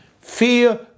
Fear